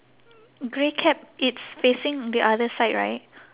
grey cap it's facing the other side right